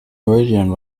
meridian